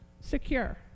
secure